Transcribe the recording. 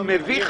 מביך